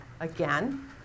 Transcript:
again